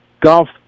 Golf